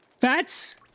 Fats